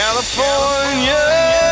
California